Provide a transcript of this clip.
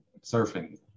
surfing